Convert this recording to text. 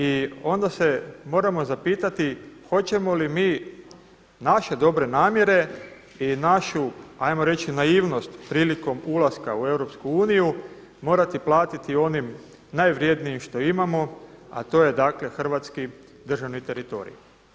I onda se moramo zapitati hoćemo li mi naše dobre namjere i našu ajmo reći naivnost prilikom ulaska u EU, morati platiti onim najvrjednijim što imamo, a to je hrvatski državni teritorij.